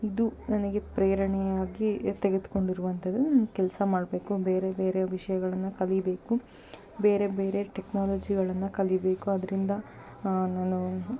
ಇದು ನನಗೆ ಪ್ರೇರಣೆಯಾಗಿ ತೆಗೆದುಕೊಂಡಿರುವಂತದ್ದು ನಾನು ಕೆಲಸ ಮಾಡಬೇಕು ಬೇರೆ ಬೇರೆ ವಿಷಯಗಳನ್ನು ಕಲಿಬೇಕು ಬೇರೆ ಬೇರೆ ಟೆಕ್ನಾಲಜಿಗಳನ್ನು ಕಲಿಬೇಕು ಅದರಿಂದ ನಾನು